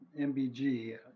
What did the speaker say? MBG